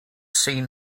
seen